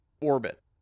orbit